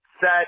set